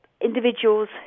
individuals